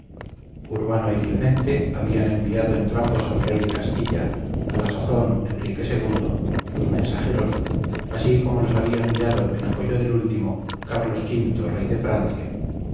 urbano y clemente habían enviado entrambos al rey de castilla a la sazón enrique ii sus mensajeros así como los había enviado en apoyo del último carlos v rey de francia